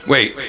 Wait